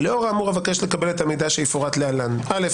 לאור האמור, אבקש לקבל את המידע שיפורט להלן: א.